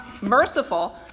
merciful